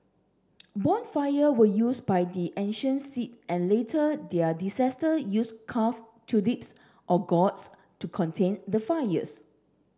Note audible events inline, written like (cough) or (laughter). bonfire were used by the ancient Celts and later their (unintelligible) used carved turnips or gourds to contain the fires